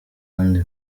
kandi